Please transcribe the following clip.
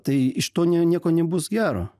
tai iš to ne nieko nebus gero